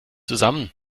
zusammen